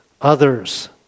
Others